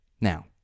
Now